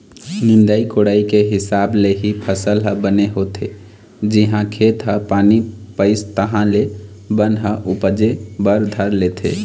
निंदई कोड़ई के हिसाब ले ही फसल ह बने होथे, जिहाँ खेत ह पानी पइस तहाँ ले बन ह उपजे बर धर लेथे